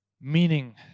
meaning